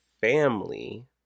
family